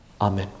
Amen